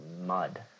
mud